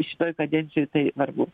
šitoj kadencijoj tai vargu